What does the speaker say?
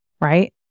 Right